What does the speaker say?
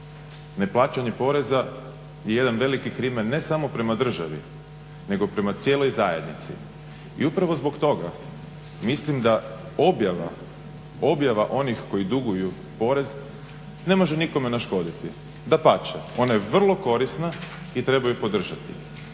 Neplaćanje poreza je jedan veliki krimen ne samo prema državi nego prema cijeloj zajednici. I upravo zbog toga mislim da objava, objava onih koji duguju porez ne može nikome naškoditi. Dapače, ona je vrlo korisna i treba ju podržati.